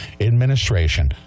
administration